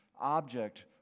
object